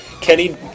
Kenny